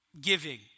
Giving